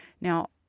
Now